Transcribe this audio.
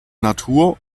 natur